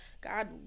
God